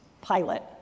pilot